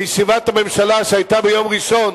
בישיבת הממשלה שהיתה ביום ראשון